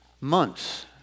months